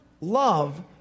love